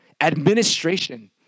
Administration